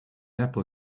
apple